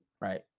right